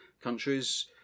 countries